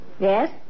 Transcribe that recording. Yes